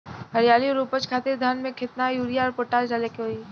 हरियाली और उपज खातिर धान में केतना यूरिया और पोटाश डाले के होई?